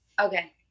okay